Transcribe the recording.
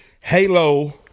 Halo